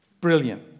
Brilliant